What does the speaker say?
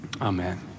Amen